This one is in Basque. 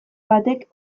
batek